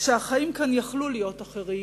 שהחיים כאן יכולים היו להיות אחרים,